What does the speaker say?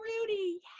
Rudy